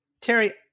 Terry